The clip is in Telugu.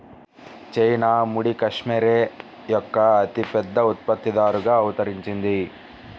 చైనా ముడి కష్మెరె యొక్క అతిపెద్ద ఉత్పత్తిదారుగా అవతరించింది